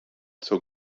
zur